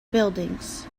buildings